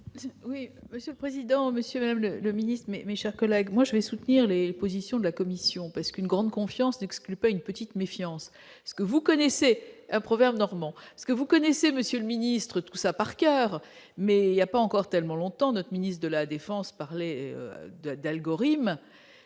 Oui, Monsieur le président, Monsieur Madame le Ministre, mais mes chers collègues, moi je vais soutenir les positions de la commission parce qu'une grande confiance n'exclut pas une petite méfiance est ce que vous connaissez un proverbe normand, ce que vous connaissez monsieur le ministre, tout ça par coeur. Mais il y a pas encore tellement longtemps, notre ministre de la Défense parlait d'algorithmes